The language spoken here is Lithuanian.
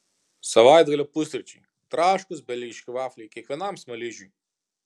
savaitgalio pusryčiai traškūs belgiški vafliai kiekvienam smaližiui